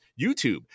YouTube